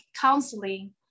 counseling